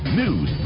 news